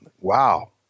wow